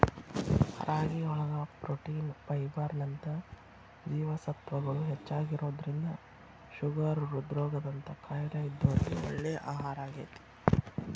ರಾಗಿಯೊಳಗ protein, fibre ನಂತ ಜೇವಸತ್ವಗಳು ಹೆಚ್ಚಾಗಿರೋದ್ರಿಂದ ಶುಗರ್, ಹೃದ್ರೋಗ ದಂತ ಕಾಯಲೇ ಇದ್ದೋರಿಗೆ ಒಳ್ಳೆ ಆಹಾರಾಗೇತಿ